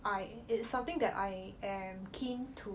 I it's something that I am keen to